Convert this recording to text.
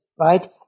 right